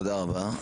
תודה רבה.